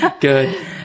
good